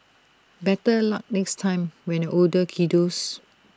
better luck next time when you're older kiddos